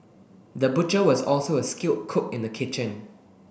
the butcher was also a skilled cook in the kitchen